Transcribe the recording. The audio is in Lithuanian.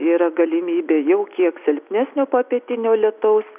yra galimybė jau kiek silpnesnio popietinio lietaus